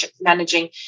managing